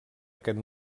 aquest